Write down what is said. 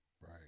right